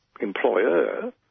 employer